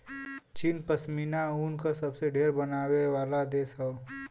चीन पश्मीना ऊन क सबसे ढेर बनावे वाला देश हौ